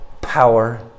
power